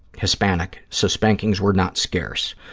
hispanic, so spankings were not scarce.